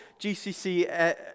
GCC